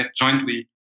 jointly